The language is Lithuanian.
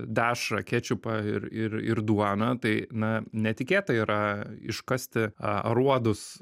dešrą kečiupą ir ir duoną tai na netikėta yra iškasti aruodus